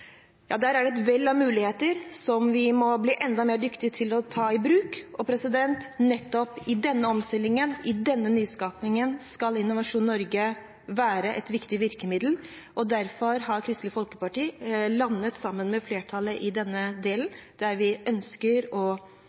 et vell av muligheter som vi må bli enda dyktigere til å ta i bruk. Nettopp i denne omstillingen, i denne nyskapingen, skal Innovasjon Norge være et viktig virkemiddel. Derfor har Kristelig Folkeparti landet sammen med flertallet i denne delen, der vi ønsker å